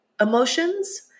emotions